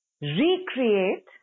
recreate